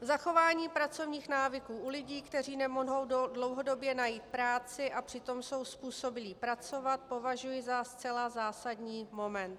Zachování pracovních návyků u lidí, kteří nemohou dlouhodobě najít práci a přitom jsou způsobilí pracovat, považuji za zcela zásadní moment.